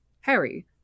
Harry